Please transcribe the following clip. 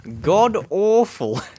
god-awful